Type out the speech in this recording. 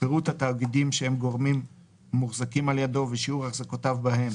פירוט התאגידים שהם גורמים מוחזקים על ידו ושיעור החזקותיו בהם,